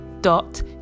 dot